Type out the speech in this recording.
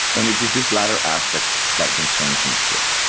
and it is this latter aspect that concerns me here.